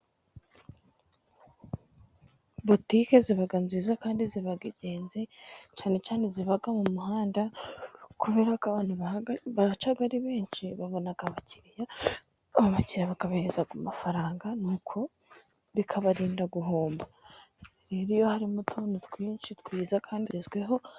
Butike ziba nziza kandi ziba ingenzi cyane cyane iziba ku muhanda kuberako bahaca ari benshi babona abakiriya. Abakiriya bakabahereza ku mafaranga n'uko bikabarinda guhomba. Rero iyo harimo utuntu twinshi twiza kandi tugezweho....